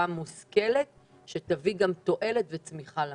מושכלת שתביא גם תועלת וצמיחה למשק.